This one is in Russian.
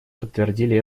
подтвердили